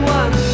one